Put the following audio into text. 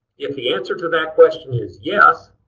if the answer to that question is yes,